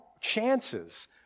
chances